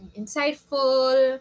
insightful